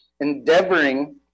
endeavoring